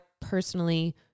personally